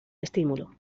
estímulo